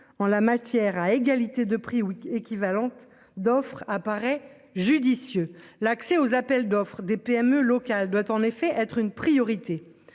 en la matière, à égalité de prix oui équivalente d'offres apparaît judicieux. L'accès aux appels d'offres des PME locales doit en effet être une priorité.